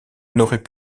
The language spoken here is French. n’aurait